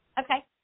Okay